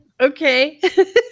Okay